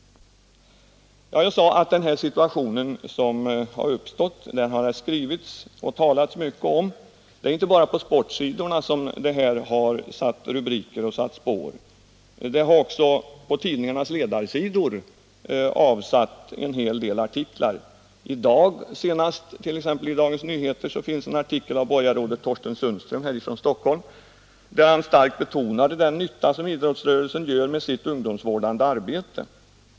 Jag sade att det har skrivits och talats mycket om den situation som uppstått. Det är inte bara på sportsidorna som den har avsatt rubriker och andra spår. Den har också föranlett en hel del artiklar på tidningarnas ledarsidor. Senast i dagens nummer av Dagens Nyheter finns en artikel av borgarrådet Thorsten Sundström från Stockholm, där denne betonade den nytta som idrottsrörelsen gör med sitt ungdomsvårdande arbete.